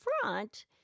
front